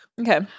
Okay